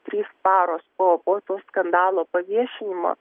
trys paros po po to skandalo paviešinimo